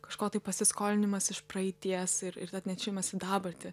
kažko tai pasiskolinimas iš praeities ir ir atnešimas į dabartį